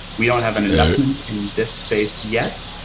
we don't have an investment in this space yet,